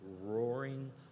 roaring